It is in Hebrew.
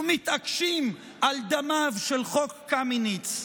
ומתעקשים על דמיו של חוק קמיניץ.